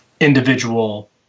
individual